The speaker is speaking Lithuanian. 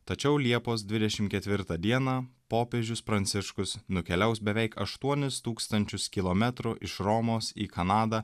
tačiau liepos dvidešim ketvirtą dieną popiežius pranciškus nukeliaus beveik aštuonis tūkstančius kilometrų iš romos į kanadą